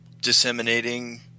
disseminating